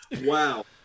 wow